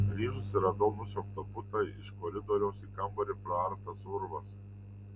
grįžusi radau nusiaubtą butą iš koridoriaus į kambarį praartas urvas